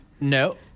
No